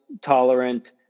tolerant